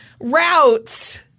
routes